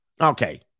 Okay